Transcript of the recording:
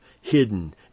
hidden